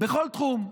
בכל תחום.